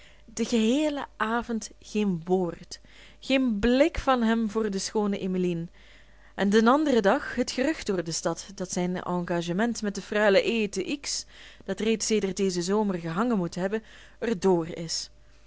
den geheelen avond geen woord geen blik van hem voor de schoone emmeline en den anderen dag het gerucht door de stad dat zijn engagement met de freule e te x dat reeds sedert dezen zomer gehangen moet hebben er dr is